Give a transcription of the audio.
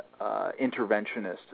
interventionist